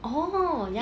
oh ya